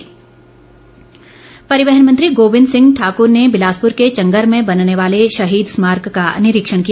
गोबिंद सिंह परिवहन मंत्री गोबिंद सिंह ने बिलासपुर के चंगर में बनने वाले शहीद स्मारक का निरीक्षण किया